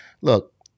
Look